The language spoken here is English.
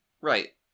right